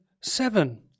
Seven